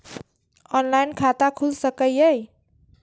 Online खाता खुल सके ये?